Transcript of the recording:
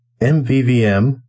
MVVM